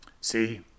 See